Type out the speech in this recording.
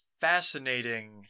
fascinating